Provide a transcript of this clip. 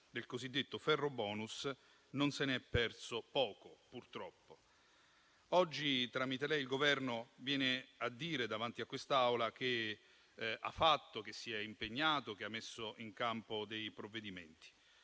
del cosiddetto ferrobonus non se ne è perso poco, purtroppo. Oggi, tramite lei, il Governo viene a dire davanti a quest'Assemblea, che ha fatto, che si è impegnato, che ha messo in campo dei provvedimenti,